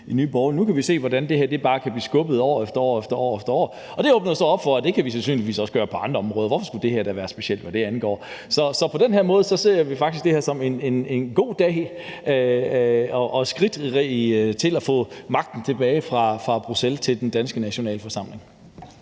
Nu ser vi, hvordan det her bare kan blive skubbet år efter år, og det åbner så op for, at det kan vi sandsynligvis også gøre på andre områder. Hvorfor skulle det her være specielt, hvad det angår? Så på den her måde ser vi faktisk det her som en god dag og et skridt til at få magten tilbage fra Bruxelles til den danske nationalforsamling.